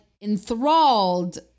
enthralled